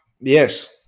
Yes